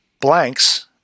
blanks